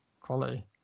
quality